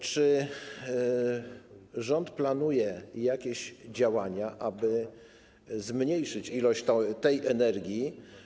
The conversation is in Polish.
Czy rząd planuje jakieś działania, aby zmniejszyć ilość tej energii.